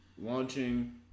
launching